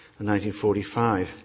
1945